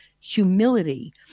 humility